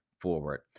forward